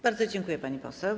Bardzo dziękuję, pani poseł.